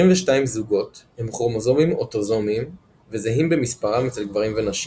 22 זוגות הם כרומוזומים אוטוזומיים וזהים במספרם אצל גברים ונשים,